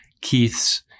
Keith's